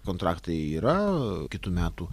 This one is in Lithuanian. kontraktai yra kitų metų